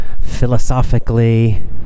philosophically